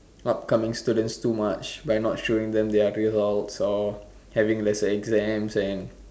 upcoming students too much by not showing them their results or having lesser exams and